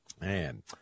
Man